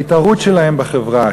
ההתערות שלהם בחברה,